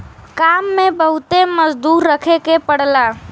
काम में बहुते मजदूर रखे के पड़ला